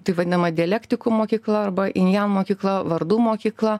tai vadinama dialektikų mokykla arba injan mokykla vardų mokykla